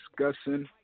discussing